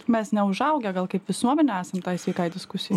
mes neužaugę gal kaip visuomenė esam sveikai diskusijai